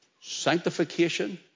sanctification